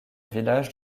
village